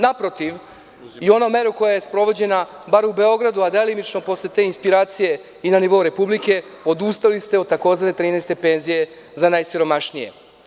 Naprotiv, i ona mera koja je sprovođenja bar u Beogradu, a delimično posle te inspiracije i na nivou Republike, odustali ste od takozvane 13. penzije za najsiromašnije.